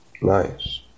Nice